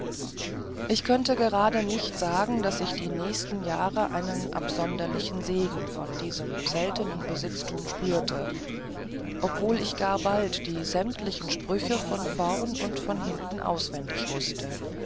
ich könnte gerade nicht sagen daß ich die nächsten jahre einen absonderlichen segen von diesem seltenen besitztum spürte obwohl ich gar bald die sämtlichen sprüche von vorn und von hinten auswendig wußte